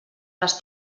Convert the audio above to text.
les